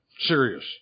serious